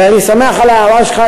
ואני שמח על ההערה שלך,